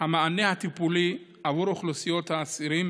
המענה הטיפולי עבור אוכלוסיית האסירים